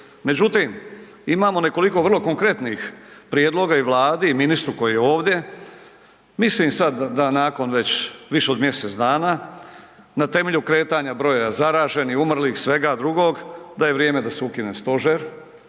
Međutim, imamo nekoliko vrlo konkretnih prijedloga i Vladi i ministru koji je ovdje, mislim sad da nakon već više od mjesec dana na temelju kretanja broja zaraženih, umrlih, svega drugog, da je vrijeme da se ukine stožer